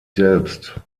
selbst